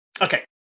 okay